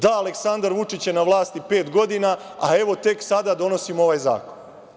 Da – Aleksandar Vučić je na vlasti pet godina, a evo tek sada donosimo ovaj zakon.